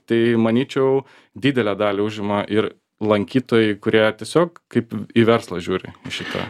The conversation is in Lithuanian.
tai manyčiau didelę dalį užima ir lankytojai kurie tiesiog kaip į verslą žiūri į šitą